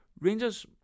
Rangers